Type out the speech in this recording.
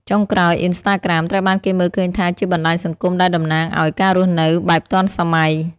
ចុងក្រោយ អុីនស្តាក្រាម ត្រូវបានគេមើលឃើញថាជាបណ្តាញសង្គមដែលតំណាងឱ្យ ការរស់នៅបែបទាន់សម័យ។